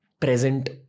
present